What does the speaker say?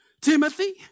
Timothy